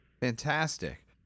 Fantastic